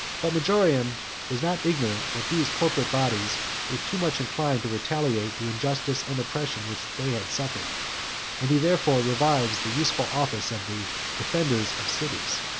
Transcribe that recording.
but majorian was not ignorant that these corporate bodies were too much inclined to retaliate the injustice and oppression which they had suffered and he therefore revives the useful office of the defenders of cities.